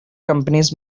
companies